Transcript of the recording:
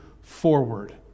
forward